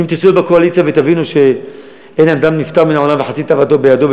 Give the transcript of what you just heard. ואם תהיו בקואליציה ותבינו שאין אדם נפטר מן העולם וחצי תאוותו בידו,